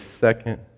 second